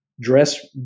dress